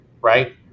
right